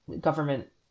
government